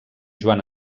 joan